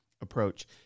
approach